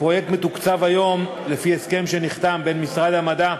הפרויקט מתוקצב היום לפי הסכם שנחתם בין משרד המדע,